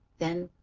then,